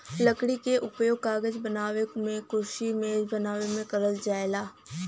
लकड़ी क उपयोग कागज बनावे मेंकुरसी मेज बनावे में करल जाला